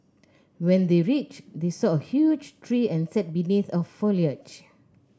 when they reached they saw a huge tree and sat beneath the foliage